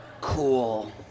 Cool